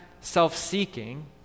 self-seeking